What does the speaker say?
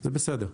זה בסדר.